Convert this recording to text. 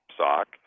sock